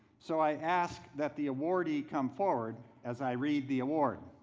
so i ask that the awardee come forward as i read the award.